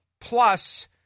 plus